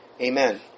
Amen